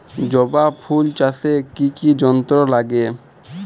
জবা ফুল চাষে কি কি যন্ত্র কাজে লাগে?